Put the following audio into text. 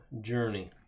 journey